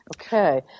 Okay